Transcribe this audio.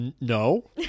No